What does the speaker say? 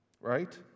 right